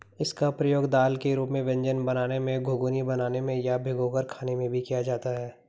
इसका प्रयोग दाल के रूप में व्यंजन बनाने में, घुघनी बनाने में या भिगोकर खाने में भी किया जाता है